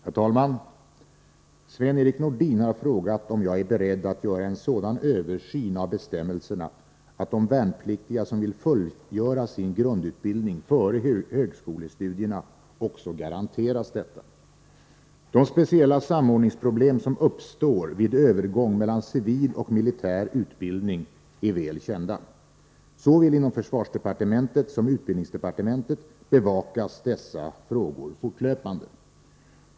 Herr talman! Sven-Erik Nordin har frågat mig om jag är beredd att göra en sådan översyn av bestämmelserna att de värnpliktiga som vill fullgöra sin grundutbildning före högskolestudierna också garanteras detta. De speciella samordningsproblem som uppstår vid övergång mellan civil och militär utbildning är väl kända. Såväl inom försvarsdepartementet som inom utbildningsdepartementet bevakas dessa frågor fortlöpande.